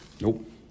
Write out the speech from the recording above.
nope